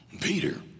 Peter